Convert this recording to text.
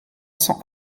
cents